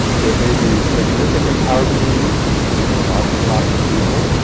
there may be significant housing needs for lots and lots of people.